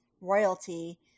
royalty